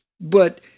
But-